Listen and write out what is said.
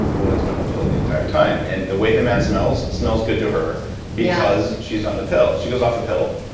the woman's been on the pill the entire time, and the way the man smells smells good to her yeah because she's on the pill. she goes off the pill,